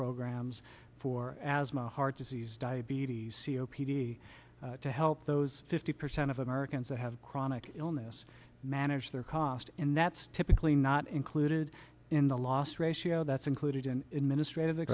programs for asthma heart disease diabetes c o p t to help those fifty percent of americans that have chronic illness manage their cost and that's typically not included in the last ratio that's included an administrati